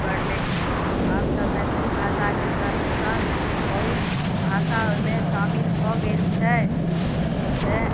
ओकर लेकिन आब तऽ मैथिली भाषाके सङ्ग सङ्ग बहुत भाषा ओहिमे शामिल भऽ गेल छै तैँ